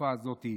בתקופה הזאת,